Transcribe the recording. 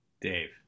Dave